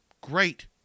Great